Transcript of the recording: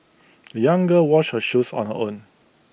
the young girl washed her shoes on her own